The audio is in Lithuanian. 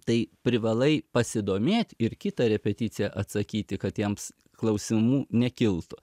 tai privalai pasidomėt ir kitą repeticiją atsakyti kad jiems klausimų nekiltų